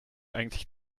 eigentlich